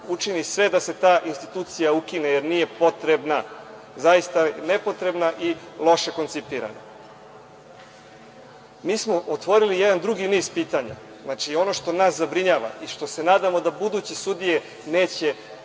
učini sve da se ta institucija ukine jer nije potrebna. Zaista je nepotrebna i loše koncipirana. Mi smo otvorili jedan drugi niz pitanja. Znači, ono što nas zabrinjava i što se nadamo da buduće sudije neće